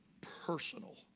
personal